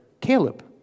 Caleb